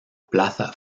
plaza